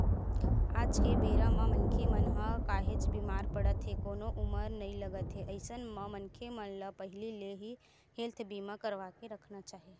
आज के बेरा म मनखे मन ह काहेच बीमार पड़त हे कोनो उमर नइ लगत हे अइसन म मनखे मन ल पहिली ले ही हेल्थ बीमा करवाके रखना चाही